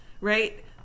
right